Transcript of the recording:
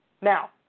now